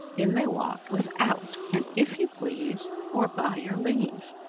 in they walked without an if you please or by your leave.